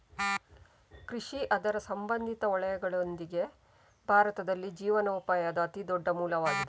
ಕೃಷಿ ಅದರ ಸಂಬಂಧಿತ ವಲಯಗಳೊಂದಿಗೆ, ಭಾರತದಲ್ಲಿ ಜೀವನೋಪಾಯದ ಅತಿ ದೊಡ್ಡ ಮೂಲವಾಗಿದೆ